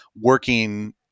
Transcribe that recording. working